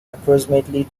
approximately